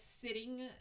sitting